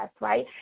right